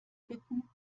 bitten